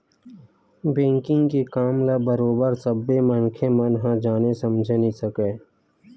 banking के काम ल बरोबर सब्बे मनखे मन ह जाने समझे नइ सकय